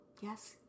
yes